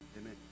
amen